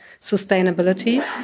sustainability